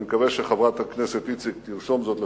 אני מקווה שחברת הכנסת איציק תרשום זאת לפניה,